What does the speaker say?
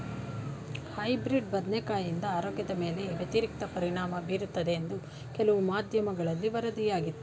hybrid ಬದನೆಕಾಯಿಂದ ಆರೋಗ್ಯದ ಮೇಲೆ ವ್ಯತಿರಿಕ್ತ ಪರಿಣಾಮ ಬೀರುತ್ತದೆ ಎಂದು ಕೆಲವು ಮಾಧ್ಯಮಗಳಲ್ಲಿ ವರದಿಯಾಗಿತ್ತು